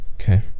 Okay